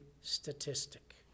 statistic